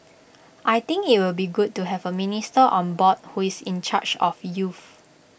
I think IT will be good to have A minister on board who is in charge of youth